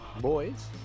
boys